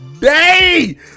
day